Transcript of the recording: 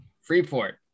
Freeport